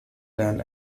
than